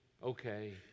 Okay